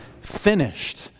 finished